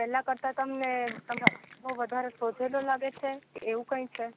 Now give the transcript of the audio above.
પેલા કરતાં તમને તમારો ખભો વધારે સોજેલો લાગે છે કે એવું કઈ છે